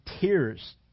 tears